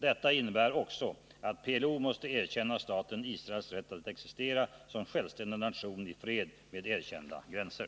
Detta innebär också att PLO måste erkänna staten Israels rätt att existera som självständig nation, i fred och med erkända gränser.